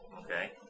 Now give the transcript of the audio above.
Okay